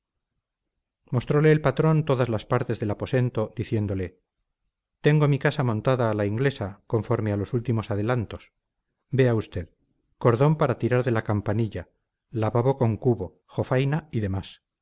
mostrole el patrón todas las partes del aposento diciéndole tengo mi casa montada a la inglesa conforme a los últimos adelantos vea usted cordón para tirar de la campanilla lavabo con su cubo jofaina y demás